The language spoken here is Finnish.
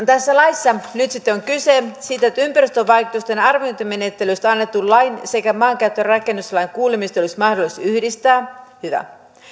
tässä laissa nyt sitten on kyse siitä että ympäristövaikutusten arviointimenettelystä annetun lain sekä maankäyttö ja rakennuslain kuulemiset olisi mahdollista yhdistää hyvä